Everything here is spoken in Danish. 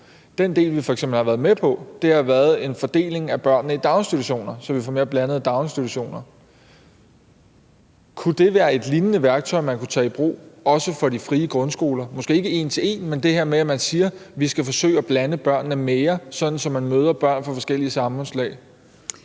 Den del, vi f.eks. har været med på, har været en fordeling af børnene i daginstitutioner, så vi får mere blandede daginstitutioner. Kunne det være et lignende værktøj, man kunne tage i brug, også for de frie grundskoler, altså måske ikke en til en, men det her med, at man siger, at man skal forsøge at blande børnene mere, sådan at de møder børn fra forskellige samfundslag?